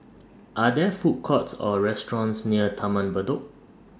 Are There Food Courts Or restaurants near Taman Bedok